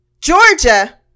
Georgia